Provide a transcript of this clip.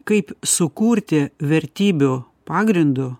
kaip sukurti vertybių pagrindu